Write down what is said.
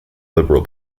liberal